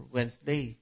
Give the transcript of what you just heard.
Wednesday